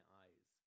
eyes